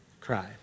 cry